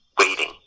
Waiting